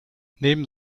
neben